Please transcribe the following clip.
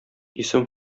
исем